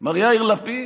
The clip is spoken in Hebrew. מר יאיר לפיד: